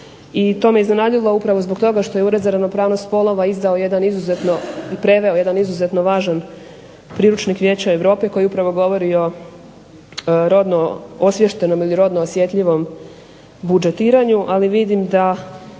i to me iznenadilo upravo zbog toga što je Ured za ravnopravnost spolova izdao jedan izuzetno i preveo jedan izuzetno važan priručnik Vijeća Europe koji upravo govori o rodno osviještenom ili rodno osjetljivom budžetiranju. Ali, vidim da